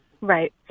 Right